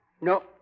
No